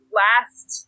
last